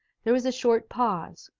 there was a short pause.